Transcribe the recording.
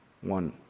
one